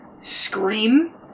scream